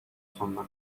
sonuna